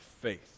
faith